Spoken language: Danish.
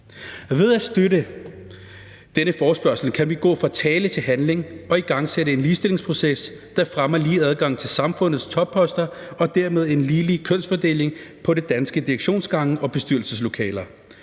Ved at støtte denne forespørgsel kan vi gå fra tale til handling og igangsætte en ligestillingsproces, der fremmer lige adgang til samfundets topposter og dermed en ligelig kønsfordeling på de danske direktionsgange og i bestyrelseslokalerne.